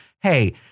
Hey